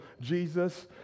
Jesus